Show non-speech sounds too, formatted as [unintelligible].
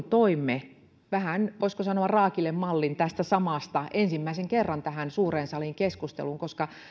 [unintelligible] toimme tästä samasta vähän voisiko sanoa raakilemallin ensimmäisen kerran tähän suureen saliin keskusteluun koska